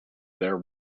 their